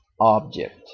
object